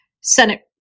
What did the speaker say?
Senate